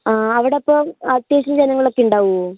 ആ അവിടെ ആപ്പം അത്യാവശ്യം ജനങ്ങളൊക്കെ ഉണ്ടാകുമോ